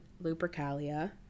lupercalia